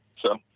so,